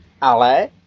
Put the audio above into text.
ale